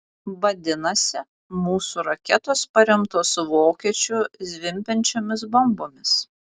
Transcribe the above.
vadinasi mūsų raketos paremtos vokiečių zvimbiančiomis bombomis